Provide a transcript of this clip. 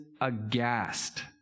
aghast